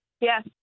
Yes